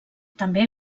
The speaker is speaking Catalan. també